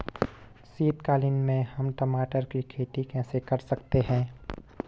शीतकालीन में हम टमाटर की खेती कैसे कर सकते हैं?